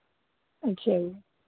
ਅੱਛਾ ਜੀ